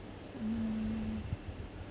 mm